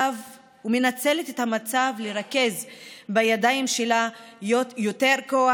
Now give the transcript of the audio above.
ומנצלת את המצב לרכז בידיים שלה יותר כוח